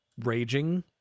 raging